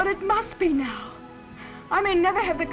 but it must be now i may never have the